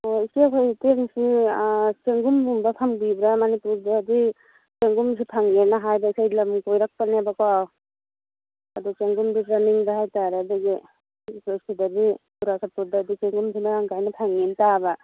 ꯑꯣ ꯏꯆꯦ ꯍꯣꯏ ꯍꯣꯇꯦꯜꯁꯤ ꯆꯦꯡꯒꯨꯝꯒꯨꯝꯕ ꯐꯪꯕꯤꯕ꯭ꯔꯥ ꯃꯅꯤꯄꯨꯔꯒꯤ ꯍꯧꯖꯤꯛ ꯆꯦꯡꯒꯨꯝꯁꯤ ꯐꯪꯉꯦꯅ ꯍꯥꯏꯕ ꯑꯩꯈꯣꯏ ꯂꯝ ꯀꯣꯏꯔꯛꯄꯅꯦꯕꯀꯣ ꯑꯗꯨ ꯆꯦꯡꯒꯨꯝꯁꯤ ꯆꯥꯅꯤꯡꯕ ꯍꯥꯏ ꯇꯥꯔꯦ ꯑꯗꯨꯒꯤ ꯆꯦꯡꯒꯨꯝꯁꯤ ꯃꯔꯥꯡ ꯀꯥꯏꯅ ꯐꯪꯉꯦꯅ ꯇꯥꯕ